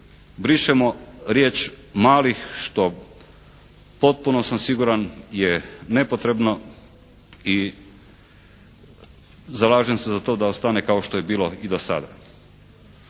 brišemo riječ: "malih" što potpuno sam siguran je nepotrebno i zalažem se za to da ostane kao što je bilo i do sada.